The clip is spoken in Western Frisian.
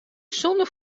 sonder